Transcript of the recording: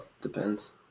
Depends